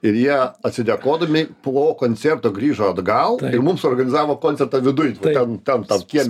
ir jie atsidėkodami po koncerto grįžo atgal ir mums suorganizavo koncertą viduj ten tam tam kieme